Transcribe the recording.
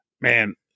man